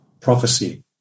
prophecy